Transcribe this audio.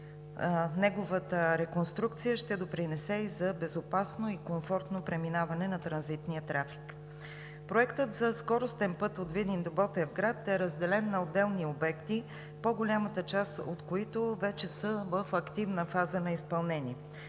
Неговата реконструкция ще допринесе и за безопасно и комфортно преминаване на транзитния трафик. Проектът за скоростен път от Видин до Ботевград е разделен на отделни обекти, по-голямата част от които вече са в активна фаза на изпълнение,